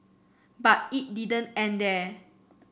but it didn't end there